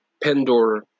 Pandora